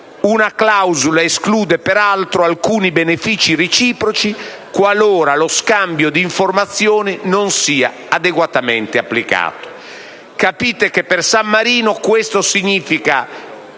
Una clausola esclude, peraltro, alcuni benefici reciproci qualora lo scambio di informazioni non sia adeguatamente applicato. Capite che per San Marino questo significa